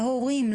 להורים,